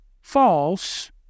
false